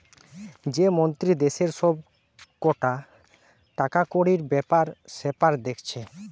যে মন্ত্রী দেশের সব কটা টাকাকড়ির বেপার সেপার দেখছে